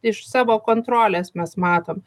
iš savo kontrolės mes matom